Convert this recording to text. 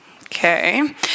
okay